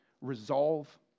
resolve